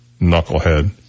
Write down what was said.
Knucklehead